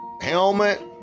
Helmet